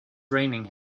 raining